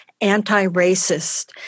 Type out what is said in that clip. anti-racist